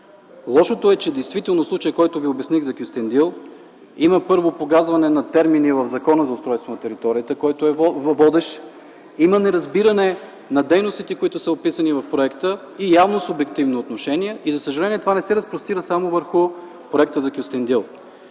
Лошото е, че действително случаят, който Ви обясних – за Кюстендил, има погазване на термини в Закона за устройството на територията, който е водещ, има неразбиране на дейностите, които са описани в проекта, и явно субективно отношение, и за съжаление, това не се разпростира само върху проекта за Кюстендил.